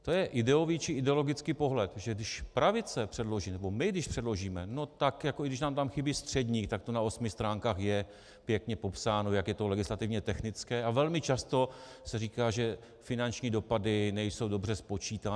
To je ideový či ideologický pohled, že když pravice předloží nebo my když předložíme, no tak jako i když nám tam chybí středník, tak je to na osmi stránkách pěkně popsáno, jak je to legislativně technické, a velmi často se říká, že finanční dopady nejsou dobře spočítány.